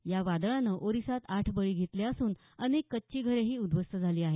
या वादळानं ओरिसात आठ बळी घेतले असून अनेक कच्ची घरे उदुध्वस्त झाली आहेत